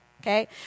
Okay